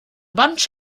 bunch